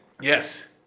Yes